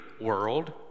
world